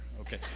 okay